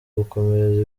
gukomereza